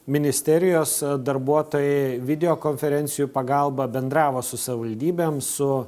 ministerijos darbuotojai video konferencijų pagalba bendravo su savivaldybėm su